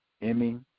Emmy